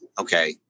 Okay